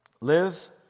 Live